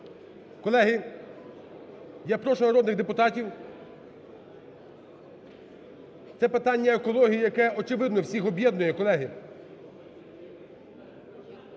Колеги, я прошу народних депутатів. Це питання екології, яке, очевидно, всіх об'єднує, колеги.